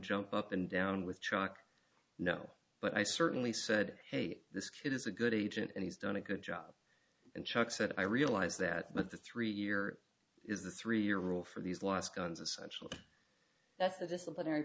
jump up and down with truck no but i certainly said hey this kid is a good agent and he's done a good job and chuck said i realize that but the three year is the three year rule for these last guns essential that's a disciplinary